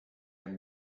hem